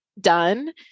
done